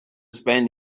spend